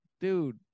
dude